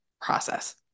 process